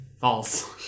false